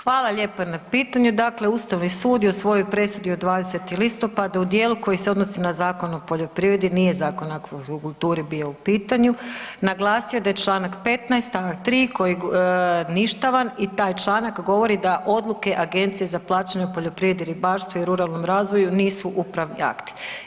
Hvala lijepo na pitanju, dakle Ustavni sud je u svojoj presudi od 20. listopada u dijelu koji se odnosi na Zakon o poljoprivredi, nije Zakon o akvakulturi bio u pitanju naglasio da je Članak 15. stavak 3. koji, ništavan i taj članak da odluke Agencije za plaćanje u poljoprivredi, ribarstvu i ruralnom razvoju nisu upravni akti.